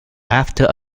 after